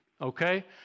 okay